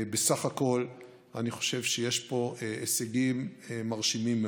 בסך הכול אני חושב שיש פה הישגים מרשימים מאוד.